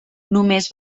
només